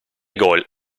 gol